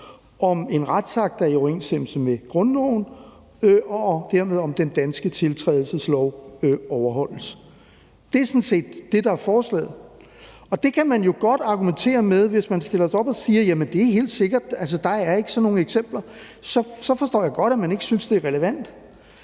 en retsakt er i overensstemmelse med grundloven, og om den danske tiltrædelseslov dermed overholdes. Det er sådan set det, der er forslaget. Og det kan man jo godt argumentere med, hvis man stiller sig op og siger: Det er helt sikkert; der er ikke sådan nogle eksempler. Så forstår jeg godt, at man ikke synes, det er relevant.